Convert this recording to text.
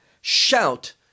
shout